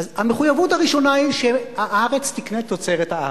אז המחויבות הראשונה היא שהארץ תקנה תוצרת הארץ.